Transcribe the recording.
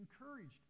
encouraged